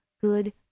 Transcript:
good